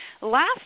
Last